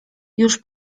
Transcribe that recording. już